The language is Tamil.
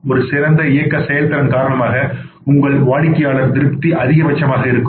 உங்கள் சிறந்த இயக்க செயல்திறன் காரணமாக உங்கள் வாடிக்கையாளர் திருப்தி அதிகபட்சமாக இருக்கும்